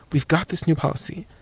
we've got this new policy,